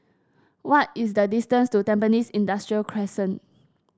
what is the distance to Tampines Industrial Crescent